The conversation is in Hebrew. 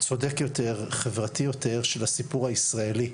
צודק יותר, חברתי יותר של הסיפור הישראלי,